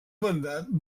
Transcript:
mandat